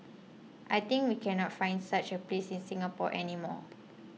I think we cannot find such a place in Singapore any more